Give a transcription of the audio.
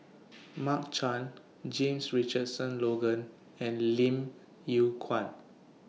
Mark Chan James Richardson Logan and Lim Yew Kuan